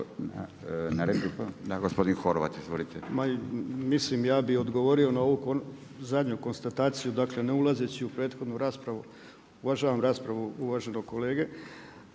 Izvolite. **Horvat, Mile (SDSS)** Mislim ja bi odgovorio na ovu zadnju konstataciju, dakle ne ulazeći u prethodnu raspravu. Uvažavam raspravu uvaženog kolege